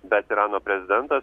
bet irano prezidentas